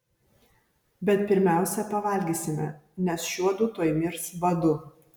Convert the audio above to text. bet pirmiausia pavalgysime nes šiuodu tuoj mirs badu